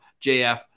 JF